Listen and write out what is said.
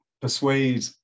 persuade